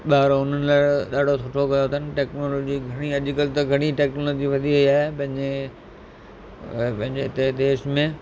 ॿार उन्हनि लाइ ॾाढो सुठो कयो अथनि टेक्नोलॉजी घणी अॼुकल्ह त घणी टेक्नोलॉजी वधी वई आहे पंहिंजे पंहिंजे हिते देश में